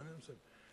אני מסיים, אני מסיים.